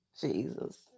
Jesus